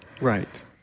Right